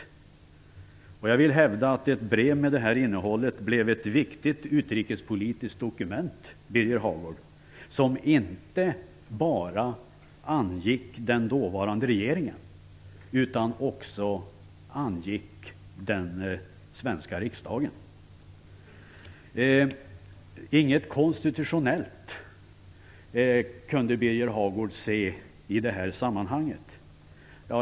Jag vill, Birger Hagård, hävda att ett brev med det här innehållet blev ett viktigt utrikespolitiskt dokument, som inte bara angick den dåvarande regeringen utan också angick den svenska riksdagen. Birger Hagård sade att det inte fanns skäl för någon konstitutionell anmärkning i det här sammanhanget.